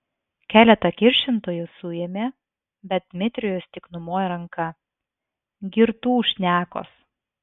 keletą kiršintojų suėmė bet dmitrijus tik numojo ranka girtų šnekos